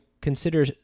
consider